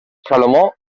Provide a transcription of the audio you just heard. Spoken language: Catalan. salomó